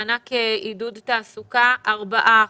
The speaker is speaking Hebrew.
מענק עידוד תעסוקה ארבעה אחוזים.